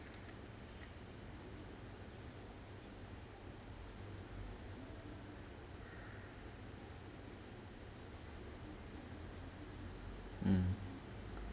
mm